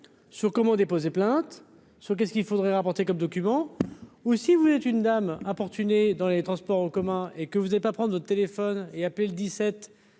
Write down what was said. sur comment déposer plainte ce qu'est ce qu'il faudrait rapporter comme document ou si vous êtes une dame. Importuné dans les transports en commun et que vous êtes pas prendre le téléphone et appeler le 17.